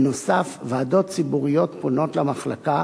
בנוסף, ועדות ציבוריות פונות למחלקה